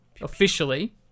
officially